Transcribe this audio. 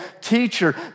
teacher